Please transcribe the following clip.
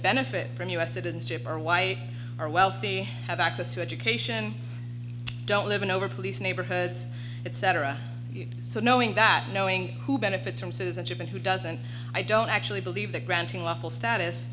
benefit from u s citizenship or why our wealthy have access to education don't live in over police neighborhoods etc so knowing that knowing who benefits from citizenship and who doesn't i don't actually believe that granting lawful status